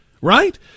right